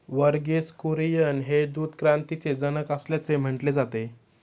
वर्गीस कुरियन हे दूध क्रांतीचे जनक असल्याचे म्हटले जाते